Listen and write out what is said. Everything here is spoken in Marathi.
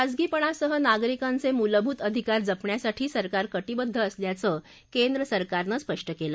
खासगीपणासह नागरिकांचे मूलभूत अधिकार जपण्यासाठी सरकार कटिबद्ध असल्याचं केंद्र सरकारनं स्पष्ट केलं